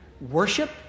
worship